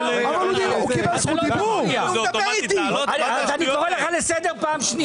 נאור, אני קורא אותך לסדר פעם שנייה.